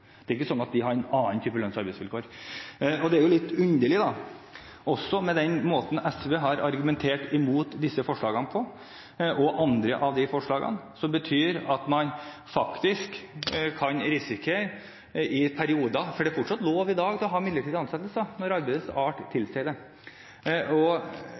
Det er ikke slik at de har en annen type lønns- og arbeidsvilkår. Den måten SV har argumentert mot disse forslagene på, og også andre forslag, er litt underlig. Det betyr at man faktisk kan risikere økt innleie i perioder, for det er i dag fortsatt lov til å ha midlertidige ansettelser når arbeidets art tilsier det, og